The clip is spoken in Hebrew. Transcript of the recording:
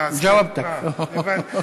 אה, הבנתי.